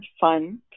fun